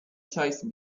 choice